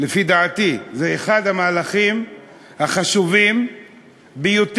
לפי דעתי זה אחד המהלכים החשובים ביותר